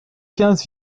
quinze